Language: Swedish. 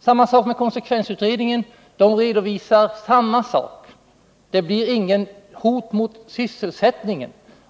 Samma sak redovisas av konsekvensutredningen: det blir inget hot mot sysselsättningen.